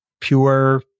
pure